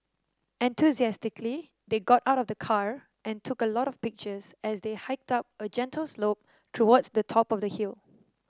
enthusiastically they got out of the car and took a lot of pictures as they hiked up a gentle slope towards the top of the hill